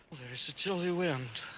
there's a chilly wind.